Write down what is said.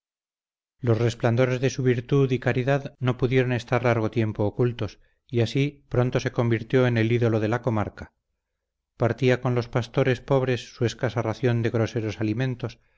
los resplandores de su virtud y caridad no pudieron estar largo tiempo ocultos y así pronto se convirtió en el ídolo de la comarca partía con los pastores pobres su escasa ración de groseros alimentos